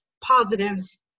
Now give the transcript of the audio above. positives